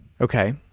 okay